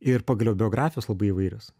ir pagaliau biografijos labai įvairios